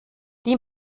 die